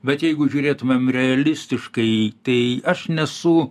bet jeigu žiūrėtumėm realistiškai tai aš nesu